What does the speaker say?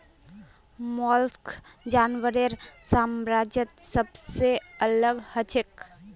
mollusc जानवरेर साम्राज्यत सबसे अलग हछेक